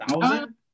thousand